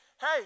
hey